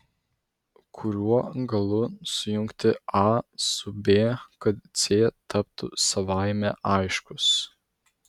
kuriuo galu sujungti a su b kad c taptų savaime aiškus